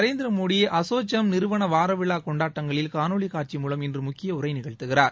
Narendra Modi ASSOCHAM நிறுவன வார விழா கொண்டாட்டங்களில் காணொளி காட்சி மூலம் இன்று முக்கிய உரை நிகழ்த்துகிறார்